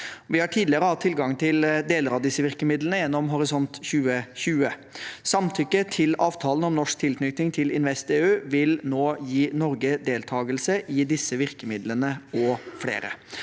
Vi har tidligere hatt tilgang til deler av disse virkemidlene gjennom Horisont 2020. Samtykke til avtalen om norsk tilknytning til InvestEU vil nå gi Norge deltakelse i disse virkemidlene og flere.